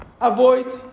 avoid